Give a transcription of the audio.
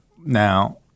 Now